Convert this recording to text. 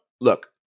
look